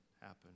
happen